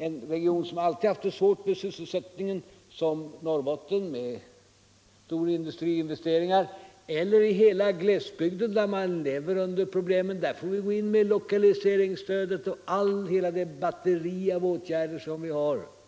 en region som alltid har haft svårt med sysselsättningen som Norrbotten, där det krävs stora industriinvesteringar, eller i hela glesbygden, där man lever under problemen. Där får vi gå in med lokaliseringsstödet och hela det batteri av åtgärder som vi har att tillgripa.